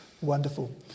Wonderful